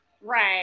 Right